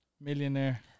Millionaire